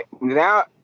Now